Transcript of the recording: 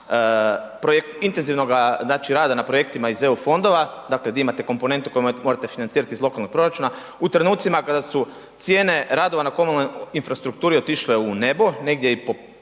intenzivnoga znači rada na projektima iz EU fondova, dakle di imate komponentu koju morate financirati iz lokalnog proračuna, u trenucima kada su cijene radova na komunalnoj infrastrukturi otišle u nebo, negdje i po